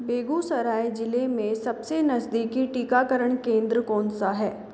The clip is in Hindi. बेगूसराय ज़िले में सबसे नज़दीकी टीकाकरण केंद्र कौन सा है